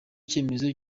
cyemezo